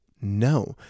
no